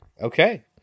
Okay